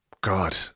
god